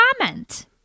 comment